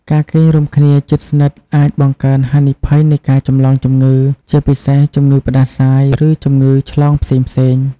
ការគេងរួមគ្នាជិតស្និទ្ធអាចបង្កើនហានិភ័យនៃការចម្លងជំងឺ ជាពិសេសជំងឺផ្តាសាយ ឬជំងឺឆ្លងផ្សេងៗ។